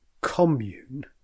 commune